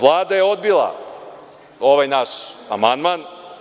Vlada je odbila ovaj naš amandman.